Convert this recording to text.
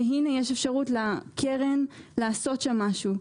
אבל הנה יש אפשרות לקרן לעשות שם משהו.